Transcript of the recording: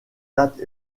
dates